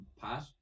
Pat